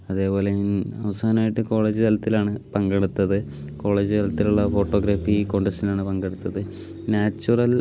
അതേപോലെ അവസാനമായിട്ട് കോളേജ് തലത്തിലാണ് പങ്കെടുത്തത് കോളേജ് തലത്തിലുള്ള ഫോട്ടോഗ്രാഫി കോൺടെസ്റ്റിനാണ് പങ്കെടുത്തത് നാച്ചുറൽ